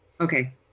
Okay